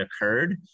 occurred